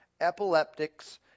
epileptics